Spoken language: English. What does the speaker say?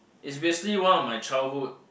is basically one of my childhood